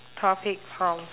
topic prompts